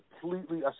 completely